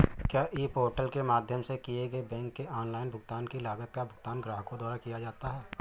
क्या e portal के माध्यम से किए गए बैंक के ऑनलाइन भुगतान की लागत का भुगतान ग्राहकों द्वारा किया जाता है?